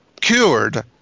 cured